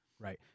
right